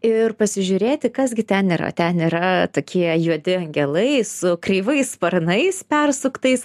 ir pasižiūrėti kas gi ten yra ten yra tokie juodi angelai su kreivais sparnais persuktais